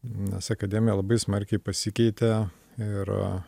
nes akademija labai smarkiai pasikeitė ir